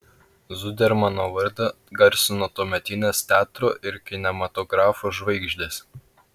zudermano vardą garsino tuometinės teatro ir kinematografo žvaigždės